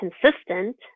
consistent